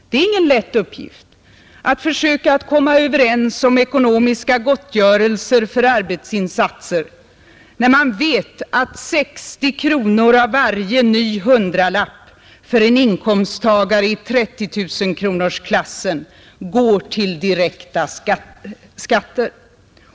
Det är ingen lätt uppgift att försöka komma överens om ekonomiska gottgörelser för arbetsinsatser när man vet att 60 kronor av varje ny hundralapp för en inkomsttagare i 30 000-kronors klassen går till direkta skatter.